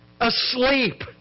asleep